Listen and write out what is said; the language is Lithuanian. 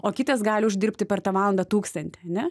o kitas gali uždirbti per tą valandą tūkstantį ane